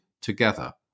together